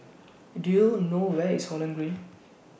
Do YOU know Where IS Holland Green